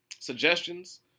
suggestions